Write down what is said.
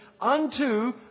unto